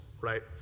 right